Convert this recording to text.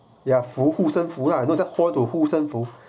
ya 符护身符 ya just hold on to the 护身符：hu shen fu